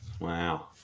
Wow